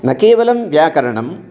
न केवलं व्याकरणम्